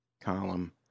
column